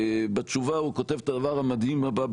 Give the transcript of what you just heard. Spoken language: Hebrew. בתשובה הוא כותב את הדבר המדהים הבא,